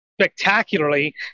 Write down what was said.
spectacularly